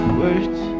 words